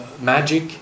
magic